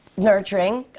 nurturing.